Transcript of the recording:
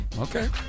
Okay